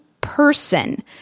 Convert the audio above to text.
person